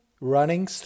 running